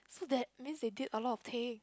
so that means they build a lot of pain